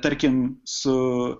tarkim su